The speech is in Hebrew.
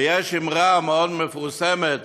ויש אמרה מאוד מפורסמת,